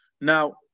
Now